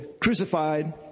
crucified